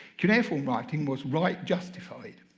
cuneiform writing was right justified,